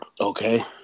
Okay